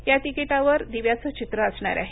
या तिकिटावर दिव्याच चित्र असणार आहे